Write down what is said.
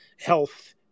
health